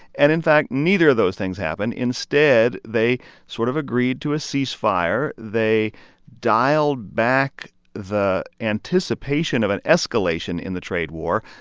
and in fact, neither of those things happened. instead, they sort of agreed to a cease-fire. they dialed back the anticipation of an escalation in the trade war,